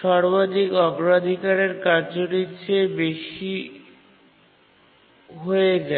সর্বাধিক অগ্রাধিকারের কার্যটির থেকে বেশি হয়ে যায়